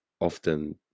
often